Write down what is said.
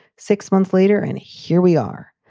six months later, and here we are.